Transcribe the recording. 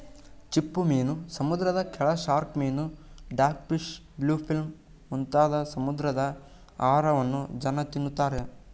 ಚಿಪ್ಪುಮೀನು, ಸಮುದ್ರದ ಕಳೆ, ಶಾರ್ಕ್ ಮೀನು, ಡಾಗ್ ಫಿಶ್, ಬ್ಲೂ ಫಿಲ್ಮ್ ಮುಂತಾದ ಸಮುದ್ರದ ಆಹಾರವನ್ನು ಜನ ತಿನ್ನುತ್ತಾರೆ